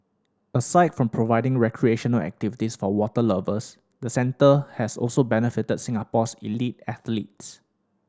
aside from providing recreational activities for water lovers the centre has also benefited Singapore's elite athletes